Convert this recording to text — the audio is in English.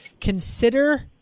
consider